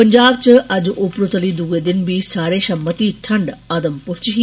पंजाब च अज्ज उपरोतली दुए दिन बी सारें षा मती ठण्ड आदमपुर च ही